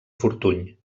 fortuny